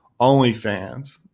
OnlyFans